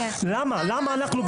למה אנחנו,